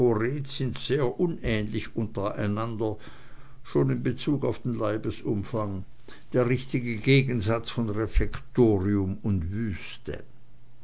sind sehr unähnlich untereinander schon in bezug auf leibesumfang der richtige gegensatz von refektorium und wüste